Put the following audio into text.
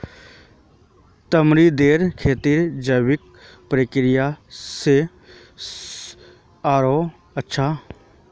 तमरींदेर खेती जैविक प्रक्रिया स ह ल आरोह अच्छा